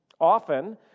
Often